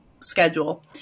schedule